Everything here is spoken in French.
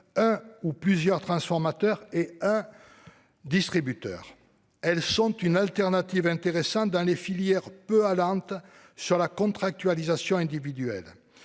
un ou plusieurs transformateurs et un distributeur. Elles sont une alternative intéressante dans les filières peu allantes sur la contractualisation individuelle.